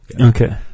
Okay